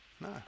No